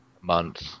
month